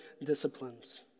disciplines